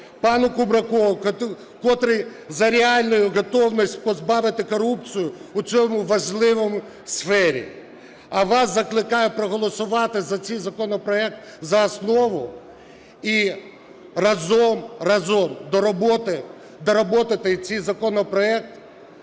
пану Кубракову, котрий за реальну готовність позбавити корупцію у цій важливій сфері. А вас закликаю проголосувати за цей законопроект за основу і разом доробити цей законопроект